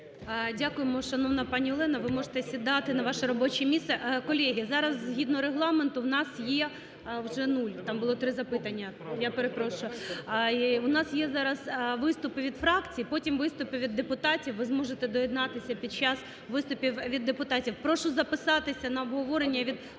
Дякуємо, шановна пані Олено. Ви можете сідати на ваше робоче місце. Колеги, зараз згідно Регламенту в нас є вже нуль, там було три запитання, я перепрошую. У нас є зараз виступи від фракцій, потім виступи від депутатів, ви зможете доєднатися під час виступів від депутатів. Прошу записатися на обговорення від фракцій